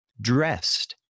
dressed